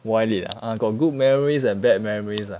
Y lead a'ah got good memories and bad memories ah